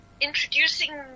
introducing